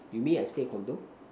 you mean I stay condo